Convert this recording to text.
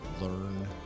learn